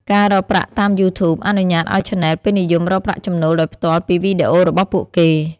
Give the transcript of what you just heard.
ការរកប្រាក់តាម YouTube អនុញ្ញាតឱ្យឆានែលពេញនិយមរកប្រាក់ចំណូលដោយផ្ទាល់ពីវីដេអូរបស់ពួកគេ។